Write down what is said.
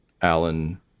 Alan